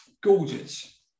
gorgeous